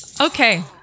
Okay